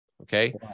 Okay